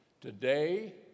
today